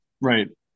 Right